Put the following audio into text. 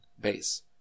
base